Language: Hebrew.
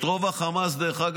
דרך אגב את רוב החמאס בעזה,